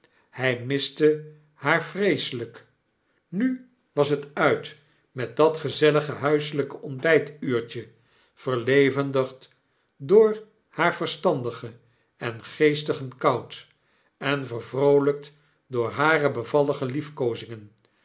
hg miste haar vreeselgk nu was het uit met dat gezellige huiselijke ontbijtuurtje verlevendigd door haar verstandigen en geestigen kout en vervroolgkt door hare bevallige liefkoozingen